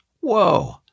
Whoa